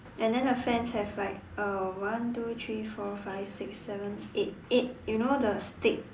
and then the fence have like uh one two three four five six seven eight eight you know the stick